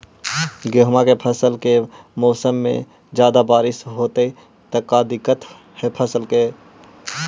गेहुआ के फसल के मौसम में ज्यादा बारिश होतई त का दिक्कत हैं फसल के?